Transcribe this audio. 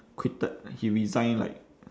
quitted he resign like